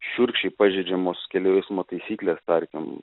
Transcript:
šiurkščiai pažeidžiamos kelių eismo taisyklės tarkim